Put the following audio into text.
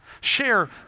share